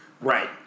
Right